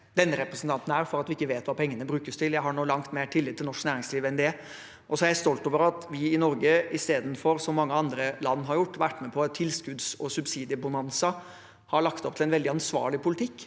denne representanten er, for at vi ikke vet hva pengene brukes til. Jeg har langt mer tillit til norsk næringsliv enn det. Og så er jeg stolt over at vi i Norge – istedenfor som mange andre land har gjort: vært med på et tilskudds- og subsidiebonanza – har lagt opp til en veldig ansvarlig politikk,